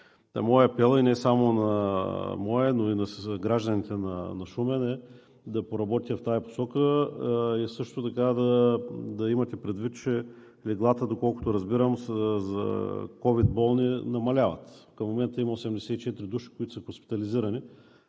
Моят апел, не само моят, но и на гражданите на Шумен, е да се поработи в тази насока. Също така да имате предвид, че леглата, доколкото разбирам, за ковидболни намаляват. Към момента има 84 души, които са хоспитализирани,